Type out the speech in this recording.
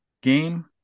game